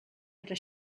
era